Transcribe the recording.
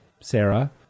Sarah